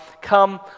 come